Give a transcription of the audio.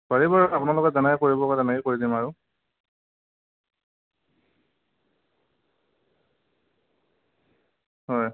পাৰি বাৰু আপোনালোকে যেনেকৈ কৰিব কয় তেনেকৈ কৰি দিম আৰু হয়